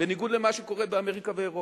בניגוד למה שקורה באמריקה ובאירופה.